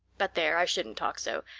but there, i shouldn't talk so.